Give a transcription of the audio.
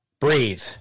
Breathe